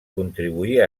contribuir